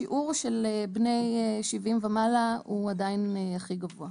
השיעור של בני 70 ומעלה הוא עדיין הכי גבוה.